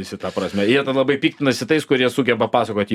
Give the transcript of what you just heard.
visi ta prasme ir jie labai piktinasi tais kurie sugeba pasakoti